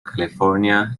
california